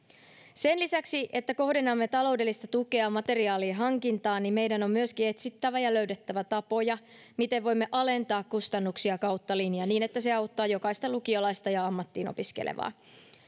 sen lisäksi että kohdennamme taloudellista tukea materiaalien hankintaan meidän on myöskin etsittävä ja löydettävä tapoja miten voimme alentaa kustannuksia kautta linjan niin että se auttaa jokaista lukiolaista ja ammattiin opiskelevaa